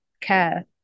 care